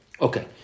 Okay